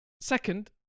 Second